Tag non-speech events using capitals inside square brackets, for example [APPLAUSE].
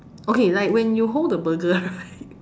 okay like when you hold the burger [LAUGHS] right